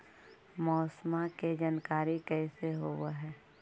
मौसमा के जानकारी कैसे होब है?